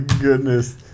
goodness